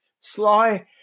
Sly